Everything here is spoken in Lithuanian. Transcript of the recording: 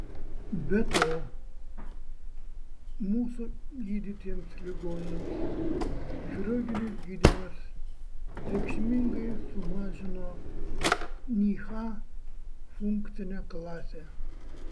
be to mūsų gydytiems ligoniams chirurginis gydymas reikšmingai sumažino nyha funkcinę klasę